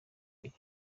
ibiri